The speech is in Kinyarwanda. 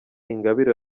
ingabire